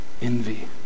Envy